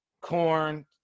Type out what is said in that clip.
corn